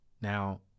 Now